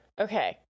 Okay